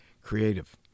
creative